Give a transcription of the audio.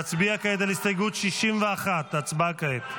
נצביע כעת על הסתייגות 61. הצבעה כעת.